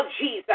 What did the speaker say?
Jesus